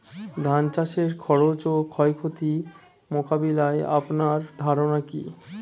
ধান চাষের খরচ ও ক্ষয়ক্ষতি মোকাবিলায় আপনার ধারণা কী?